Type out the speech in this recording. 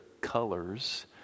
colors